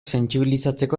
sentsibilizatzeko